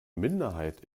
minderheit